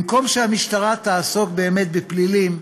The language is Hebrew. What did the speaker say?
במקום שהמשטרה תעסוק באמת בפלילים,